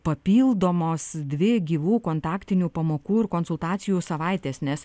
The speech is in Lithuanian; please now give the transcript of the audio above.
papildomos dvi gyvų kontaktinių pamokų ir konsultacijų savaitės nes